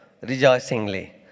rejoicingly